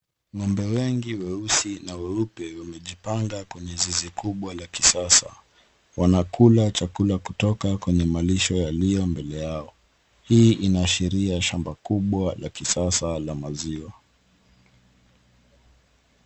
Ng'ombe wengi weusi na weupe wamejipanga kwenye zizi kubwa la kisasa. Wanakula chakula kutoka kwenye malisho yaliyo mbele yao. Hii inashiria shamba kubwa la kisasa la maziwa.